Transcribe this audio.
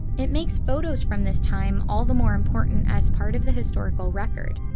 it makes photos from this time all the more important as part of the historical record.